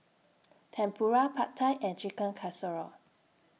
Tempura Pad Thai and Chicken Casserole